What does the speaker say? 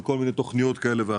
בכל מיני תוכניות כאלה ואחרות.